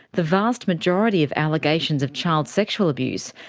the vast majority of allegations of child sexual abuse,